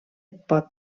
pot